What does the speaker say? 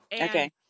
Okay